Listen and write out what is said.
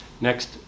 Next